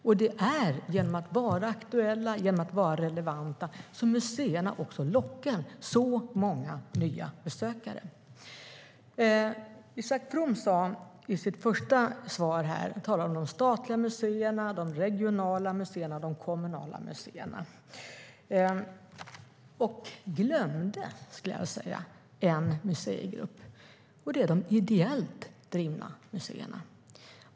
Och det är genom att vara aktuella och genom att vara relevanta som museerna lockar så många nya besökare. Isak From talade i sitt första anförande om de statliga museerna, de regionala museerna och de kommunala museerna. Han glömde, skulle jag vilja säga, en museigrupp, och det är de ideellt drivna museerna.